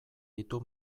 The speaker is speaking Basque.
ditu